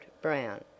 brown